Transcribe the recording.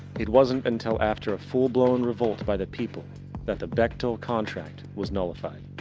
it wasn't until after full-blown revolt by the people that the bechtel-contract was nullified.